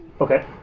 Okay